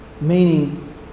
meaning